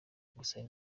gusaba